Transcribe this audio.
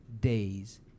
days